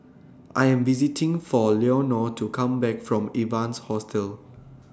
I Am visiting For Leonor to Come Back from Evans Hostel